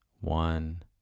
One